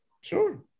Sure